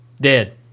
Dead